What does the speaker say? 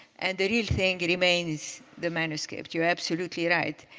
and the real thing remains the manuscript. you're absolutely right.